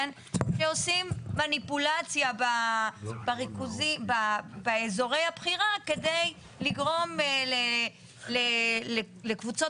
שעושים מניפולציה באזורי הבחירה כדי לגרום לקבוצות